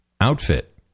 outfit